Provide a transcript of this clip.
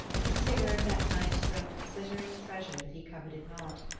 and sigurd that night dreamt of glittering treasure that he coveted not,